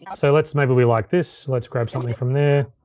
yeah so let's, maybe we like this. let's grab something from there.